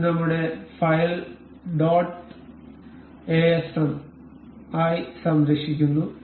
ഇത് നമ്മുടെ file dot ASM ആയി സംരക്ഷിക്കുന്നു